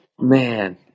Man